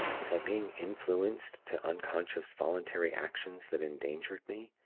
was i being influenced to unconscious voluntary actions that endangered me?